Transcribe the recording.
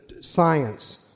Science